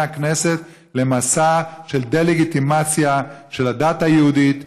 הכנסת למסע של דה-לגיטימציה של הדת היהודית,